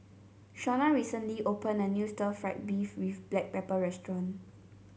Shonna recently opened a new Stir Fried Beef with Black Pepper restaurant